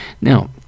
Now